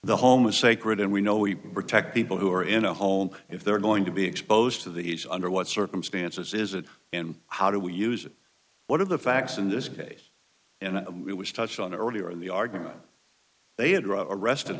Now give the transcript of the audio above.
the home is sacred and we know we protect people who are in a home if they're going to be exposed to these under what circumstances is it and how do we use it what are the facts in this case and we was touched on earlier in the argument they had arrested